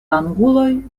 anguloj